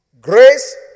Grace